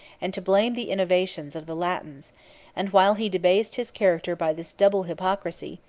and to blame the innovations, of the latins and while he debased his character by this double hypocrisy,